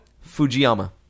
Fujiyama